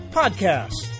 podcast